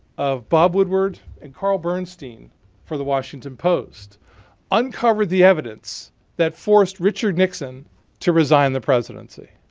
of bob woodward and carl bernstein for the washington post uncovered the evidence that forced richard nixon to resign the presidency.